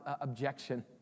objection